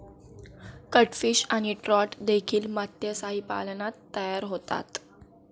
catfish आणि trout देखील मत्स्यपालनात तयार होतात